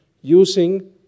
using